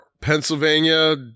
Pennsylvania